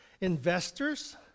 investors